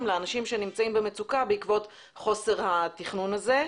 לאנשים שנמצאים במצוקה בעקבות חוסר התכנון הזה.